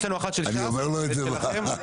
יש לנו אחת של ש"ס ואחת שלכם,